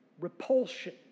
repulsion